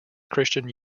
christian